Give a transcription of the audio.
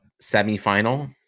Semi-final